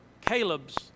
Caleb's